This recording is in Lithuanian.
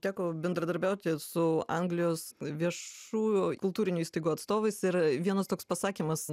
teko bendradarbiauti su anglijos viešų kultūrinių įstaigų atstovais ir vienas toks pasakymas